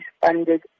funded